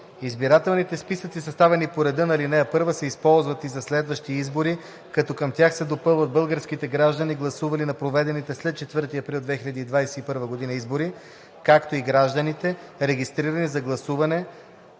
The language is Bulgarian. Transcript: Избирателните списъци, съставени по реда на ал. 1, се използват и за следващи избори, като към тях се допълват българските граждани, гласували на проведените след 4 април 2021 г. избори, както и гражданите, регистрирани за гласуване.